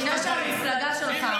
אני מבינה שהמפלגה שלך,